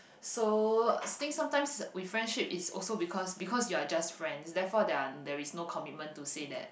so I think sometimes with friendship it's also because because you're just friends therefore there are there is no commitment to say that